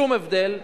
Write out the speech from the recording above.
שום הבדל.